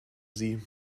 sie